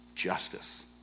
justice